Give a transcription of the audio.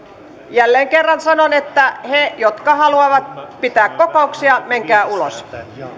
jälleen kerran sanon että ne jotka haluavat pitää kokouksia menkää ulos